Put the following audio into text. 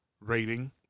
rating